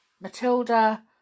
Matilda